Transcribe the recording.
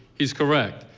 he's correct.